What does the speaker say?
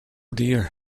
dear